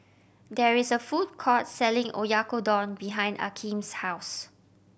there is a food court selling Oyakodon behind Akeem's house